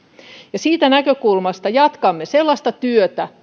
siitä näkökulmasta jatkamme sellaista työtä